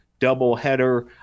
doubleheader